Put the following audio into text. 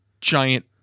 giant